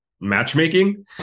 matchmaking